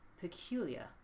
peculiar